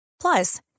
plus